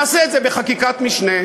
נעשה את זה בחקיקת משנה?